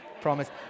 Promise